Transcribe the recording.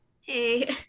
Hey